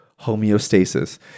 homeostasis